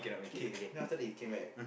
k then after that he came right